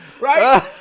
right